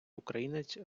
українець